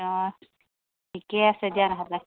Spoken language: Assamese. অ ঠিকে আছে দিয়া